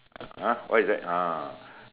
!huh! what is that ah